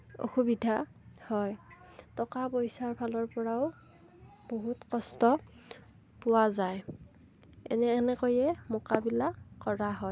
অসুবিধা হয় টকা পইচাৰ ফালৰ পৰাও বহুত কষ্ট পোৱা যায় এনে এনেকৈয়ে মোকাবিলা কৰা হয়